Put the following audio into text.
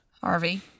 Harvey